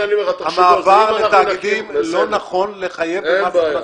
המעבר לתאגידים לא נכון לחייב את מס הכנסה.